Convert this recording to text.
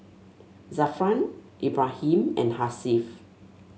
Zafran Ibrahim and Hasif